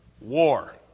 war